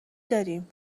داریم